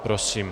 Prosím.